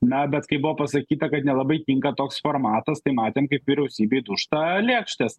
na bet kai buvo pasakyta kad nelabai tinka toks formatas tai matėm kaip vyriausybei dūžta lėkštes